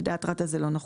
לדעת רת"א זה לא נחוץ.